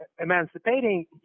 emancipating